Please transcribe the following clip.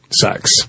sex